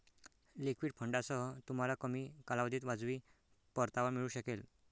liquid फंडांसह, तुम्हाला कमी कालावधीत वाजवी परतावा मिळू शकेल